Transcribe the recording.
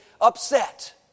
upset